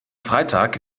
freitag